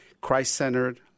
Christ-centered